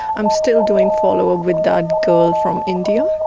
i'm still doing follow up with that girl from india.